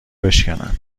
بشکنن